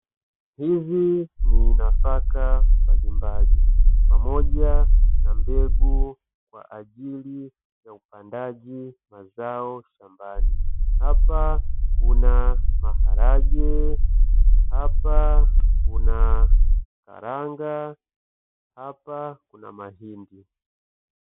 Hizi ni nafaka mbalimbali, pamoja na mbegu kwa ajili ya upandaji mazao shambani. Hapa kuna maharage, hapa kuna karanga, hapa kuna mahindi.